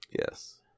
Yes